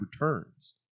returns